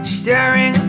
STARING